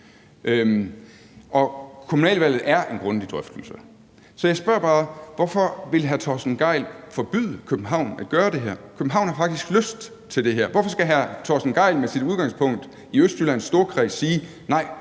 Kommunalvalget er en grundig drøftelse. Så jeg spørger bare, hvorfor hr. Torsten Gejl vil forbyde København at gøre det her. København har faktisk lyst til det her. Hvorfor skal hr. Torsten Gejl med sit udgangspunkt i Østjyllands Storkreds sige,